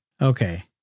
Okay